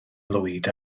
lwyd